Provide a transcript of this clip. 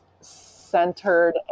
centered